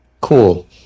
Cool